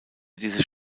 dieses